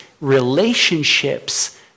relationships